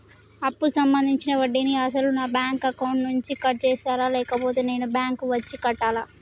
అప్పు సంబంధించిన వడ్డీని అసలు నా బ్యాంక్ అకౌంట్ నుంచి కట్ చేస్తారా లేకపోతే నేను బ్యాంకు వచ్చి కట్టాలా?